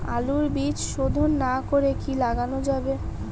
আলুর বীজ শোধন না করে কি লাগানো যাবে?